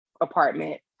apartment